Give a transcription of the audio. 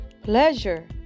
Pleasure